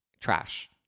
trash